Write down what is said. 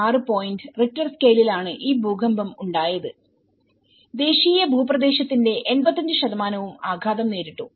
6 point Richter സ്കെയിലിൽ ആണ് ഈ ഭൂകമ്പം ഉണ്ടായത് ദേശീയ ഭൂപ്രദേശത്തിന്റെ 85 ഉം ആഘാതം നേരിട്ടു